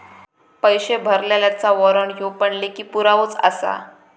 पैशे भरलल्याचा वाॅरंट ह्यो पण लेखी पुरावोच आसा